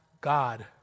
God